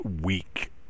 week